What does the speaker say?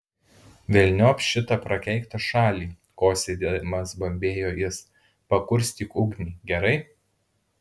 velniop šitą prakeiktą šalį kosėdamas bambėjo jis pakurstyk ugnį gerai